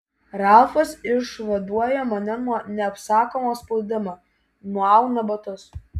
ralfas išvaduoja mane nuo neapsakomo spaudimo nuauna batus